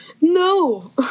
No